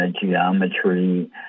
geometry